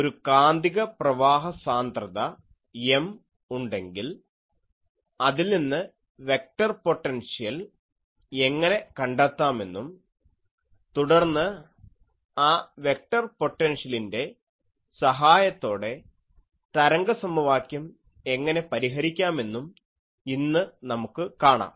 ഒരു കാന്തിക പ്രവാഹ സാന്ദ്രത M ഉണ്ടെങ്കിൽ അതിൽ നിന്ന് വെക്റ്റർ പൊട്ടൻഷ്യൽ എങ്ങനെ കണ്ടെത്താമെന്നും തുടർന്ന് ആ വെക്റ്റർ പൊട്ടൻഷ്യലിൻ്റെ സഹായത്തോടെ തരംഗ സമവാക്യം എങ്ങനെ പരിഹരിക്കാമെന്നും ഇന്നു നമുക്കു കാണാം